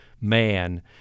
man